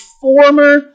former